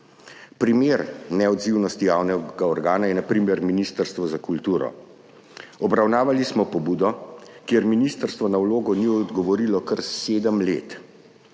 Primer neodzivnosti javnega organa je na primer Ministrstvo za kulturo. Obravnavali smo pobudo, kjer ministrstvo na vlogo ni odgovorilo kar sedem let,